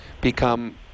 become